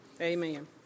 Amen